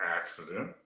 accident